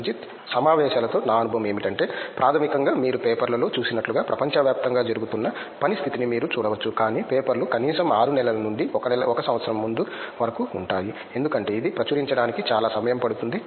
రంజిత్ సమావేశాలతో నా అనుభవం ఏమిటంటే ప్రాథమికంగా మీరు పేపర్లలో చూసినట్లుగా ప్రపంచవ్యాప్తంగా జరుగుతున్న పని స్థితిని మీరు చూడవచ్చు కానీ పేపర్లు కనీసం 6 నెలల నుండి 1 సంవత్సరాల ముందు వరకు ఉంటాయి ఎందుకంటే ఇది ప్రచురించడానికి చాలా సమయం పడుతుంది